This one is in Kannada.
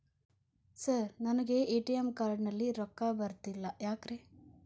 ಸರ್ ನನಗೆ ಎ.ಟಿ.ಎಂ ಕಾರ್ಡ್ ನಲ್ಲಿ ರೊಕ್ಕ ಬರತಿಲ್ಲ ಯಾಕ್ರೇ?